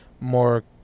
more